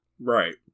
Right